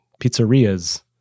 pizzeria's